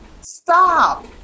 stop